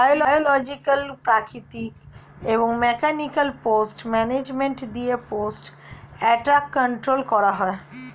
biological, প্রাকৃতিক এবং mechanical pest management দিয়ে পেস্ট অ্যাটাক কন্ট্রোল করা হয়